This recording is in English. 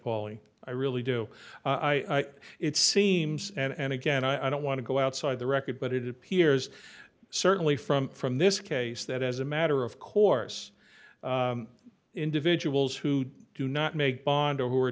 pauley i really do i it seems and again i don't want to go outside the record but it appears certainly from from this case that as a matter of course individuals who do not make bond or who are